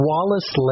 Wallace